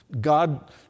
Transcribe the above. God